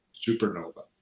supernova